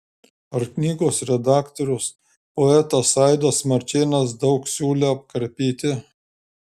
ar knygos redaktorius poetas aidas marčėnas daug siūlė apkarpyti